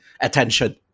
attention